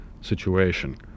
situation